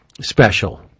special